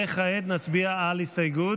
התקבל.